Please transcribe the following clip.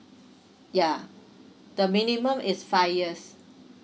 yeah the minimum is five years